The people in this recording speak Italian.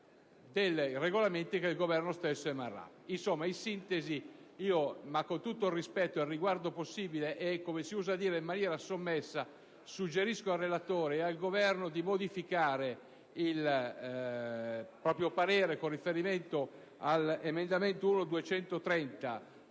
In sintesi, con tutto il rispetto ed il riguardo possibili e - come si usa dire - in maniera sommessa, suggerisco al relatore e al rappresentante del Governo di modificare il proprio parere con riferimento all'emendamento 1.230,